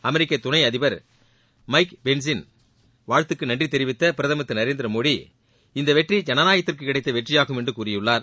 அமெரிக்க துணை அதிபர் மைக் பென்சின் வாழ்த்துக்கு நன்றி தெரிவித்த பிரதமர் திரு மோடி இந்த வெற்றி ஜனநாயகத்திற்கு கிடைத்த வெற்றியாகும் என்று கூறியுள்ளார்